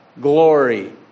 glory